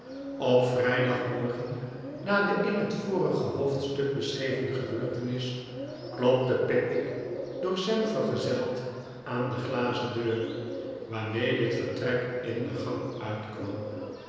op vrijdagmorgen na de in het vorige hoofdstuk beschreven gebeurtenis klopte pickwick door sam vergezeld aan de glazen deur waarmee dit vertrek in de gang uitkwam